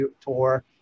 tour